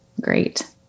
great